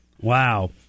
Wow